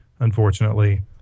Unfortunately